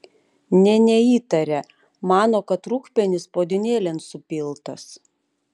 nė neįtaria mano kad rūgpienis puodynėlėn supiltas